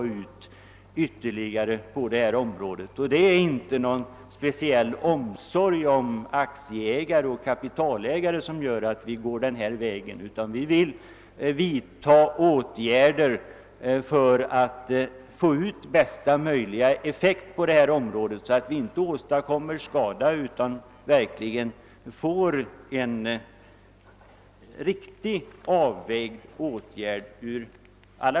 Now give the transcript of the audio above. Jag hävdar emellertid att den väg vi förordar är den riktiga.